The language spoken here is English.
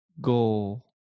goal